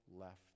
left